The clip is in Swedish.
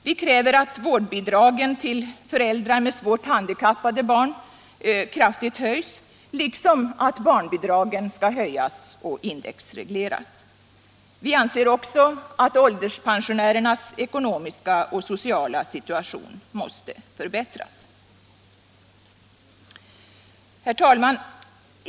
Vi kräver att vårdbidragen till föräldrar med svårt handikappade barn ges en kraftig höjning liksom att barnbidragen höjs och indexregleras. Vi anser också att ålderspensionärernas ekonomiska och sociala situation måste förbättras. Herr talman!